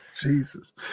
Jesus